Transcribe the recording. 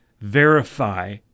verify